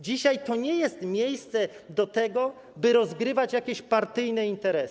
Dzisiaj to nie jest miejsce do tego, by rozgrywać jakieś partyjne interesy.